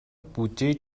بودجهای